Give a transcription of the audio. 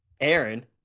Aaron